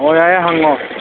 ꯑꯣ ꯌꯥꯏꯌꯦ ꯍꯪꯉꯣ